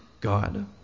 God